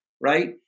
Right